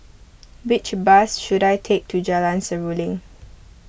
which bus should I take to Jalan Seruling